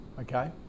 Okay